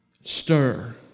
stir